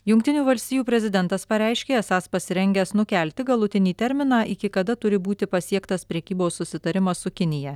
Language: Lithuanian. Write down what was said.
jungtinių valstijų prezidentas pareiškė esąs pasirengęs nukelti galutinį terminą iki kada turi būti pasiektas prekybos susitarimas su kinija